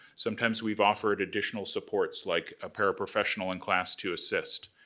sometimes we've offered additional supports, like, a para-professional in class to assist.